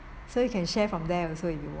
so you can share from there also if you want